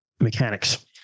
mechanics